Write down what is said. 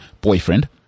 boyfriend